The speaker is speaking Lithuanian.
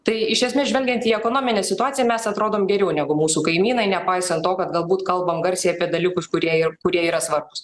tai iš esmės žvelgiant į ekonominę situaciją mes atrodom geriau negu mūsų kaimynai nepaisant to kad galbūt kalbam garsiai apie dalykus kurie ir kurie yra svarbūs